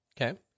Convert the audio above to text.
okay